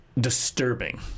Disturbing